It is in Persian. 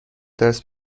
درس